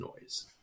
noise